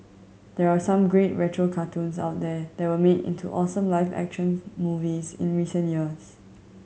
there are some great retro cartoons out there that were made into awesome live action movies in recent years